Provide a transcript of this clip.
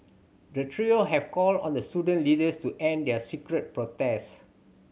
the trio have called on the student leaders to end their street protest